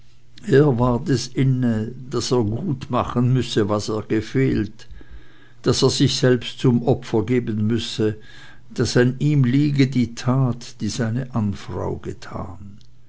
er ward es inne daß er gutmachen müsse was er gefehlt daß er sich selbst zum opfer geben müsse daß an ihm liege die tat die seine ahnfrau getan